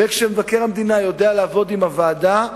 וכשמבקר המדינה יודע לעבוד עם הוועדה,